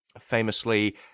famously